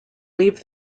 leave